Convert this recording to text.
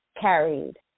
carried